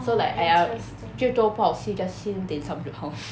so like !aiya! 最多不好吃就吃 dim sum 就好